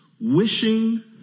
wishing